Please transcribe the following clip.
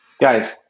Guys